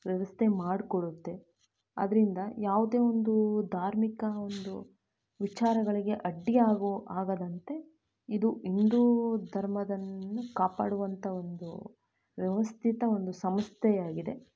ವ್ಯವಸ್ಥೆ ಮಾಡಿ ಕೊಡುತ್ತೆ ಆದ್ದರಿಂದ ಯಾವುದೇ ಒಂದು ಧಾರ್ಮಿಕ ಒಂದು ವಿಚಾರಗಳಿಗೆ ಅಡ್ಡಿ ಆಗೋ ಆಗದಂತೆ ಇದು ಹಿಂದೂ ಧರ್ಮದನ್ನು ಕಾಪಾಡುವಂಥ ಒಂದು ವ್ಯವಸ್ಥಿತ ಒಂದು ಸಂಸ್ಥೆಯಾಗಿದೆ